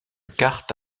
carte